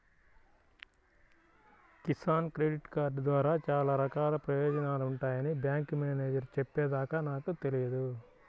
Kisan credit card ద్వారా చాలా రకాల ప్రయోజనాలు ఉంటాయని బ్యాంకు మేనేజేరు చెప్పే దాకా నాకు తెలియదు